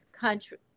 country